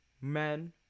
men